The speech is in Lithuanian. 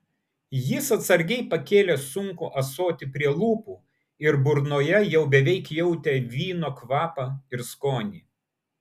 jis atsargiai pakėlė sunkų ąsotį prie lūpų ir burnoje jau beveik jautė vyno kvapą ir skonį